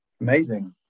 Amazing